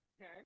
okay